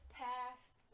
past